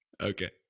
Okay